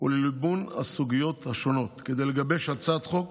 ולליבון הסוגיות השונות, כדי לגבש הצעת חוק